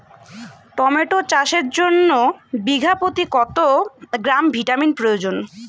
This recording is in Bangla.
টমেটো চাষের জন্য বিঘা প্রতি কত গ্রাম ভিটামিন প্রয়োজন?